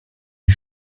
die